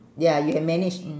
ya you have manage